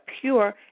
pure